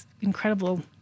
incredible